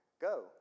go